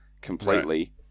completely